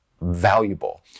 valuable